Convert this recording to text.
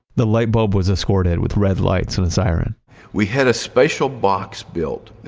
the light bulb was escorted with red lights and and siren we had a special box built.